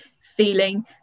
feeling